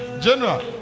General